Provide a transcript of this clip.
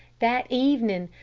that evening,